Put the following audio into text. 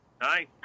Hi